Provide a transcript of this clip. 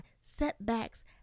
setbacks